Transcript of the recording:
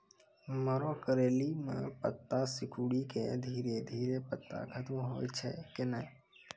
मरो करैली म पत्ता सिकुड़ी के धीरे धीरे पत्ता खत्म होय छै कैनै?